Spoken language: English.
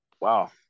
Wow